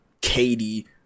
Katie